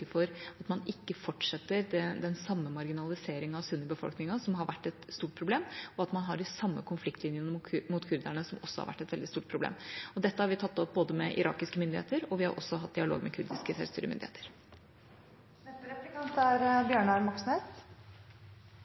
og at man sørger for at man ikke fortsetter den samme marginaliseringen av sunnibefolkningen, som har vært et stort problem, og ikke å ha de samme konfliktlinjene mot kurderne, som også har vært et veldig stort problem. Dette har vi både tatt opp med irakiske myndigheter, og vi har hatt dialog med kurdiske selvstyremyndigheter.